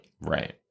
Right